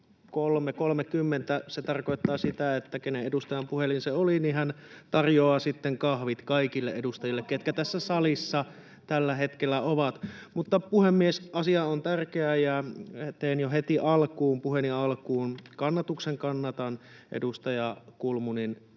23.30. Se tarkoittaa sitä, että se edustaja, kenen puhelin se oli, tarjoaa sitten kahvit kaikille edustajille, ketkä tässä salissa tällä hetkellä ovat. Mutta, puhemies, asia on tärkeä, ja teen jo heti puheeni alkuun kannatuksen: kannatan edustaja Kulmunin